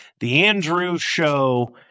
theandrewshow